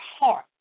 heart